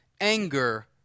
anger